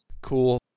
Cool